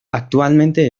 actualmente